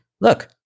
look